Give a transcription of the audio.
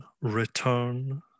return